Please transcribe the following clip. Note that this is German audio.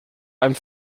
einem